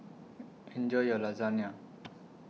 Enjoy your Lasagna